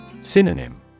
Synonym